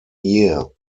year